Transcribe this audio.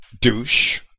Douche